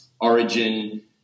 origin